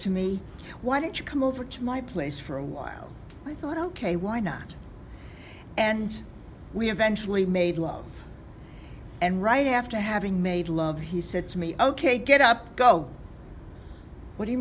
to me why don't you come over to my place for a while i thought ok why not and we eventually made love and right after having made love he said to me ok get up go what do you